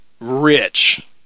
rich